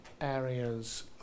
areas